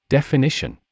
Definition